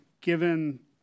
given